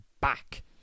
Back